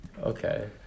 Okay